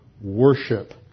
worship